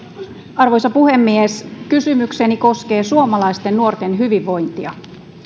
arvoisa puhemies kysymykseni koskee suomalaisten nuorten hyvinvointia